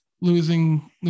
losing